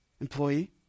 employee